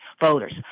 voters